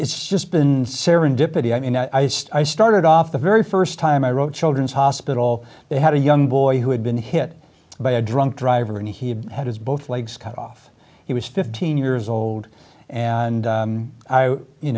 it's just been serendipity i mean i started off the very first time i wrote children's hospital they had a young boy who had been hit by a drunk driver and he had his both legs cut off he was fifteen years old and